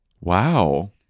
wow